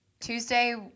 Tuesday